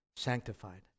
Sanctified